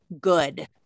good